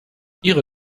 ihre